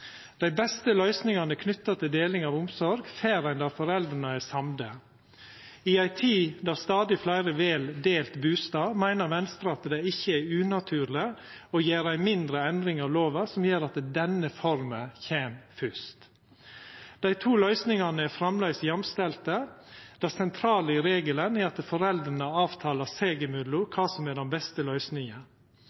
Dei beste løysingane knytte til deling av omsorg får ein der foreldra er samde. I ei tid der stadig fleire vel delt bustad, meiner Venstre at det ikkje er unaturleg å gjera ei mindre endring av lova som gjer at denne forma kjem først. Dei to løysingane er framleis jamstilte. Det sentrale i regelen er at foreldra avtalar seg imellom kva som er den beste løysinga.